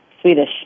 Swedish